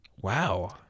Wow